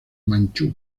manchú